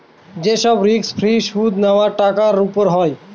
যে সব risk free সুদ নেওয়া টাকার উপর হয়